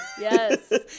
Yes